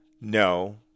No